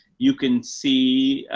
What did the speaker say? you can see,